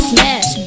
Smash